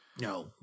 No